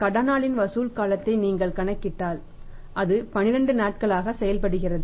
கடனாளியின் வசூல் காலத்தை நீங்கள் கணக்கிட்டால் அது 12 நாட்களாக செயல்படுகிறது